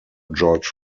george